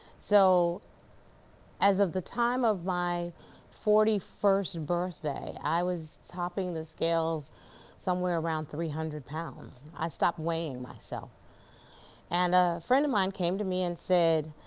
so as of the time of my forty first birthday, i was topping the scales somewhere around three hundred pounds. i stopped weighing myself and a friend of mine came to me and said,